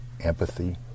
empathy